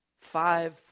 five